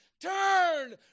Turn